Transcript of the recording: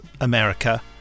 America